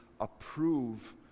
approve